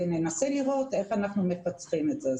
וננסה לראות איך אנחנו מפצחים את זה.